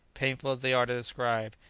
painful as they are to describe,